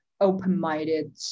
open-minded